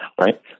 right